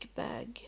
bag